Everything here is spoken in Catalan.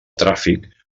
tràfic